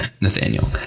Nathaniel